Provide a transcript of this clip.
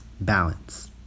balance